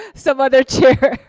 some other chair.